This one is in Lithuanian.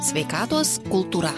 sveikatos kultūra